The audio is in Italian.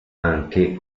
anche